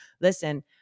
listen